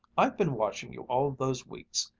i've been watching you all those weeks,